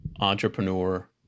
entrepreneur